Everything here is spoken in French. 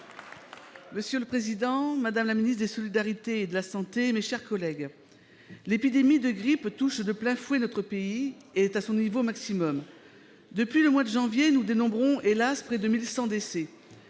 Union Centriste. Madame la ministre des solidarités et de la santé, l'épidémie de grippe touche de plein fouet notre pays ; elle est à son niveau maximum. Depuis le mois de janvier, nous dénombrons, hélas, près de 1 100 décès